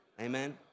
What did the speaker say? Amen